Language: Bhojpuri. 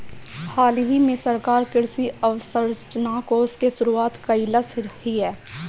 हालही में सरकार कृषि अवसंरचना कोष के शुरुआत कइलस हियअ